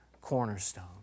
cornerstone